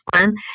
one